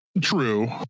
true